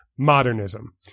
Modernism